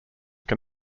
can